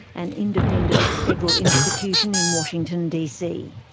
an independent, federal institution in washington dc.